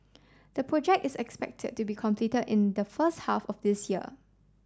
the project is expected to be completed in the first half of this year